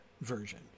version